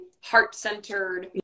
heart-centered